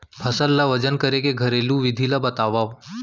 फसल ला वजन करे के घरेलू विधि ला बतावव?